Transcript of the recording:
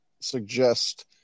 suggest